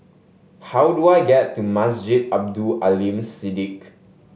how do I get to Masjid Abdul Aleem Siddique